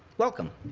welcome.